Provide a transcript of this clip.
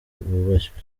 bubashywe